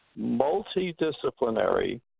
multidisciplinary